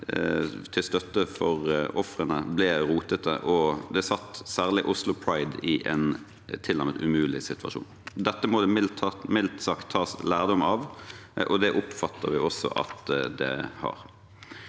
til støtte for ofrene ble rotete, og det satte særlig Oslo Pride i en tilnærmet umulig situasjon. Dette må det mildt sagt tas lærdom av, og det oppfatter vi også at har